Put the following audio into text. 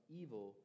evil